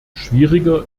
schwieriger